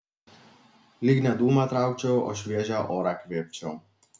lyg ne dūmą traukčiau o šviežią orą kvėpčiau